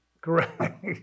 correct